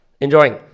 enjoying